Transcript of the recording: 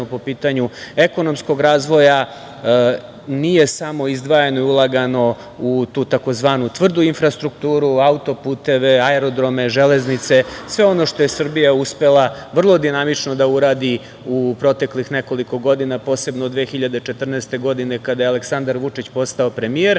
po pitanju ekonomskog razvoja, nije samo izdvajano i ulagano u tu tzv. tvrdu infrastrukturu, autoputeve, aerodrome, železnice, sve ono što je Srbija uspela vrlo dinamično da uradi u proteklih nekoliko godina, posebno od 2014. godine, kada je Aleksandar Vučić postao premijer,